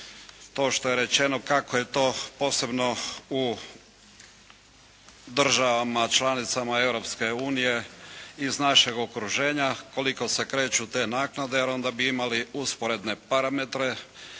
to što je rečeno kako je to posebno u državama članicama Europske unije iz našeg okruženja, koliko se kreću te naknade jer onda bi imali usporedne parametre,